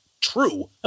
true